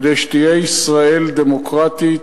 כדי שתהיה ישראל דמוקרטית